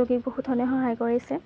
ৰোগীক বহুতধৰণে সহায় কৰিছে